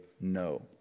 no